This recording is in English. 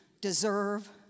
deserve